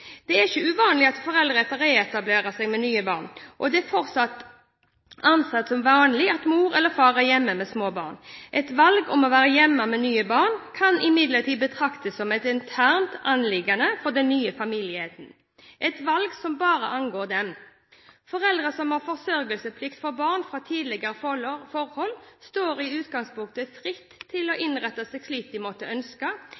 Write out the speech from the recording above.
«Det er ikke uvanlig at foreldre reetablerer seg med nye barn, og det er fortsatt ansett som vanlig at mor eller far er hjemme med små barn. Et valg om å være hjemme med nye barn, kan imidlertid betraktes som et internt anliggende for den nye familieenheten – et valg som bare angår dem. Foreldre som har forsørgelsesplikt for barn fra tidligere forhold, står i utgangspunktet fritt til å